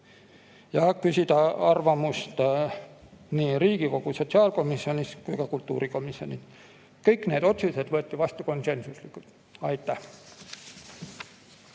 küsida arvamust nii Riigikogu sotsiaalkomisjonilt kui ka kultuurikomisjonilt. Kõik need otsused võeti vastu konsensuslikult. Aitäh!